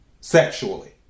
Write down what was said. sexually